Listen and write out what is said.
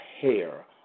hair